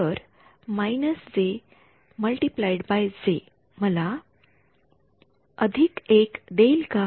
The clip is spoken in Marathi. तर x j मला १ देईल का